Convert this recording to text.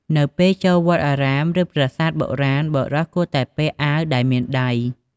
នៅពេលចូលវត្តអារាម ឬប្រាសាទបុរាណ បុរសគួរតែពាក់អាវដែលមានដៃ។